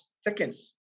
seconds